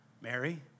Mary